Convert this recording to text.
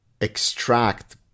extract